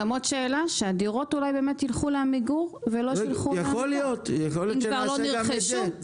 עוד שאלה: שהדירות אולי באמת ילכו לעמיגור ולא --- אם כבר לא נרכשו.